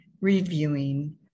reviewing